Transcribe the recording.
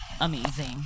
amazing